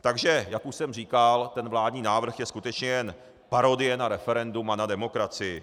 Takže jak už jsem říkal, ten vládní návrh je skutečně jen parodie na referendum a na demokracii